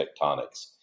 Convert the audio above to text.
tectonics